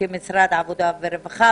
כמשרד עבודה ורווחה,